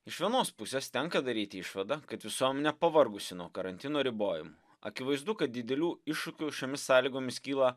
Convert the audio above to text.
iš vienos pusės tenka daryti išvadą kad visuomenė pavargusi nuo karantino ribojimų akivaizdu kad didelių iššūkių šiomis sąlygomis kyla